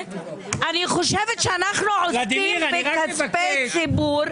אני חושבת שאנחנו עוסקים בכספי ציבור.